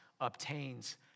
obtains